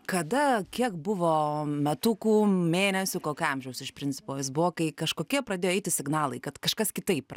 kada kiek buvo metukų mėnesių kokio amžiaus iš principo jis buvo kai kažkokie pradėjo eiti signalai kad kažkas kitaip